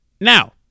Now